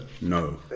no